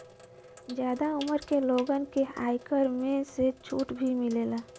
जादा उमर के लोगन के आयकर में से छुट भी मिलला